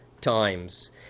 times